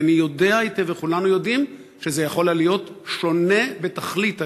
כי אני יודע היטב וכולנו יודעים שזה יכול היה להיות שונה בתכלית היום,